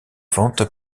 vente